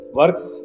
works